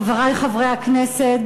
חברי חברי הכנסת,